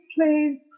please